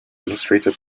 illustrated